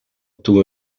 toen